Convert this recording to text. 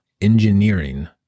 engineering